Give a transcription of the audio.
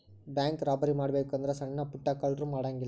bank robbery ಮಾಡ್ಬೆಕು ಅಂದ್ರ ಸಣ್ಣಾ ಪುಟ್ಟಾ ಕಳ್ರು ಮಾಡಂಗಿಲ್ಲಾ